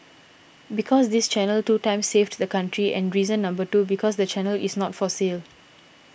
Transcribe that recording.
because this channel two times saved the country and reason number two because the channel is not for sale